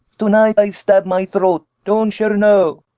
to-night i stab my throat! don' cher know!